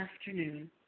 afternoon